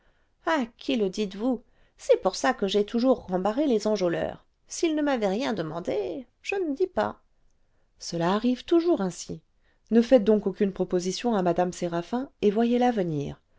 à qui le dites-vous c'est pour ça que j'ai toujours rembarré les enjôleurs s'ils ne m'avaient rien demandé je ne dis pas cela arrive toujours ainsi ne faites donc aucune proposition à mme séraphin et voyez la venir